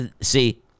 See